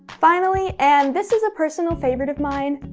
finally, and this is a personal favorite of mine,